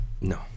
No